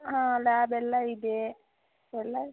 ಹಾಂ ಲ್ಯಾಬ್ ಎಲ್ಲ ಇದೆ ಎಲ್ಲ